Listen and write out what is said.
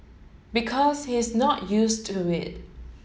because he's not used to it